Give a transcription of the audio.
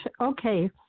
Okay